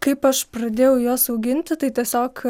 kaip aš pradėjau juos auginti tai tiesiog